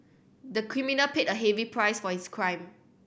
the criminal paid a heavy price for his crime